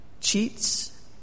cheats